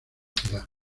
ciudad